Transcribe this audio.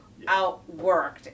outworked